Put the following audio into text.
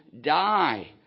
die